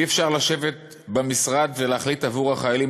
אי-אפשר לשבת במשרד ולהחליט עבור החיילים